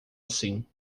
assim